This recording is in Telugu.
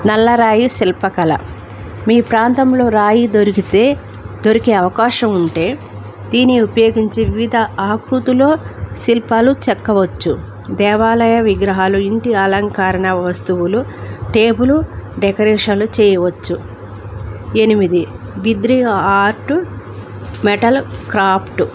నల్లరాయి శిల్పకల మీ ప్రాంతంలో రాయి దొరికితే దొరికే అవకాశం ఉంటే దీన్ని ఉపయోగించే వివిధ ఆకృతులలో శిల్పాలు చెక్కవచ్చు దేవాలయ విగ్రహాలు ఇంటి అలంకారణ వస్తువులు టేబులు డెకరేషన్లు చేయవచ్చు ఎనిమిది బిద్రి ఆర్టు మెటల్ క్రాఫ్ట్